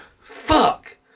Fuck